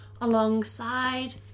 alongside